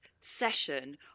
session